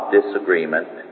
disagreement